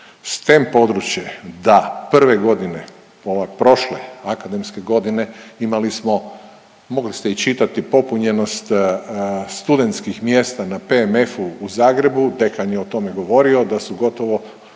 STEM područje da prve godine ove prošle akademske godine, imali smo, mogli ste i čitati popunjenost studentskih mjesta na PMF-u u Zagrebu. Dekan je o tome govorio da su gotovo